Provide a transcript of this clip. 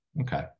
okay